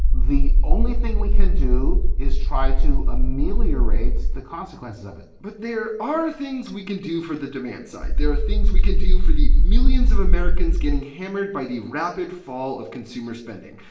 the only thing we can do is try to ameliorate the consequences of it but there are things we can do for the demand side. there are things we can do for the millions of americans getting hammered by the rapid fall of consumer spending,